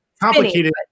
complicated